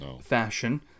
fashion